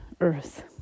earth